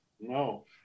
No